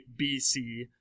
BC